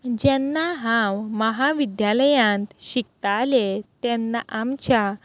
जेन्ना हांव महाविद्यालयांत शिकतालें तेन्ना आमच्या